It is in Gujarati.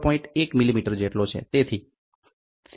01 મિલીમીટર જેટલો છે